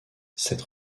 cette